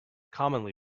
commonly